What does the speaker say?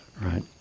right